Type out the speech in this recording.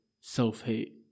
self-hate